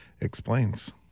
explains